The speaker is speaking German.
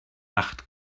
nacht